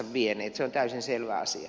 se on täysin selvä asia